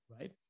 right